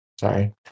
Sorry